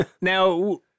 Now